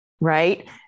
right